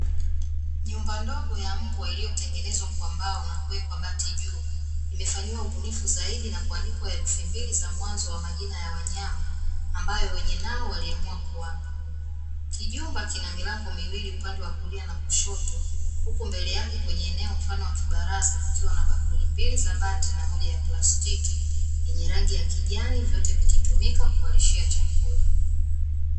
Nyumba ndogo ya mbwa iliyotengenezwa kwa mbao na kuwekwa bati juu, imefanyiwa ubunifu zaidi na kuandikwa herufi mbili za mwanzo wa majina ya wanyama, ambayo wenyewe nao waliamua kuwapa. Kijumba kina milango miwli upande wa kulia na kushoto, huku mbele yake kwenye eneo mfano wa kibaraza kukiwa na sahani mbili za bati na moja ya plastiki yenye rangi ya kijani, vyote vikitumika kuwalishia chakula.